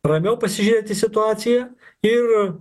ramiau pasižiūrėt į situaciją ir